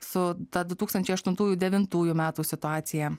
su ta du tūkstančiai aštuntųjų devintųjų metų situacija